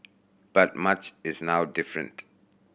but much is now different